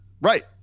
Right